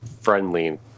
friendly